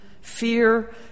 fear